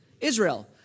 Israel